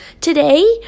today